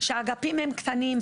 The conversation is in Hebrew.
שהאגפים בהם קטנים.